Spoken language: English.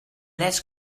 less